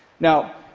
now,